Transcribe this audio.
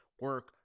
Work